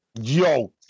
Yo